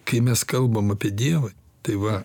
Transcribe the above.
kai mes kalbam apie dievą tai va